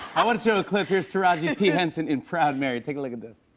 i want to show a clip. here's taraji p. henson in proud mary. take a look at this.